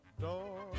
door